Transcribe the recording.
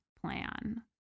plan